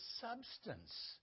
substance